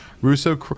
russo